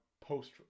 post